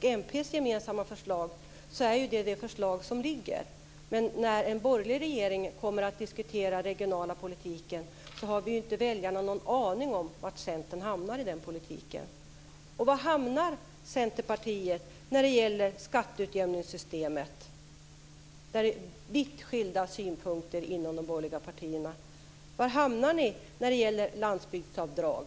det gemensamma förslaget från s, v och mp är det detta förslag som ligger, men när en borgerlig regering kommer att diskutera den regionala politiken har inte väljarna någon aning om var Centern hamnar i den politiken. Var hamnar Centerpartiet när det gäller skatteutjämningssystemet, där det är vitt skilda synpunkter inom de borgerliga partierna? Var hamnar ni när det gäller landsbygdsavdrag?